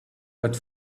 but